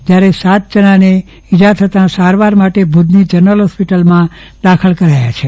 જયારે સાત જણાને ઈજા થતાં સારવાર માટે ભુજની જનરલ હોસ્પિટલમાં દાખલ કરાયા છે